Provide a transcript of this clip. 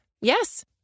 Yes